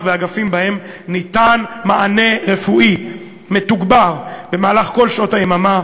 באגפים שבהם ניתן מענה רפואי מתוגבר במהלך כל שעות היממה,